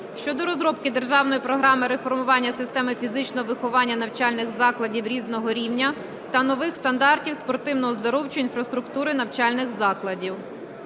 щодо розробки Державної програми реформування системи фізичного виховання навчальних закладів різного рівня та нових стандартів спортивно-оздоровчої інфраструктури навчальних закладів.